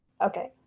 Okay